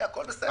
הכול בסדר.